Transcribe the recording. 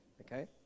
okay